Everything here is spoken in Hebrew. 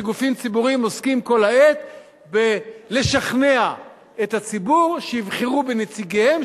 שגופים ציבוריים עוסקים כל העת בלשכנע את הציבור שיבחרו בנציגיהם,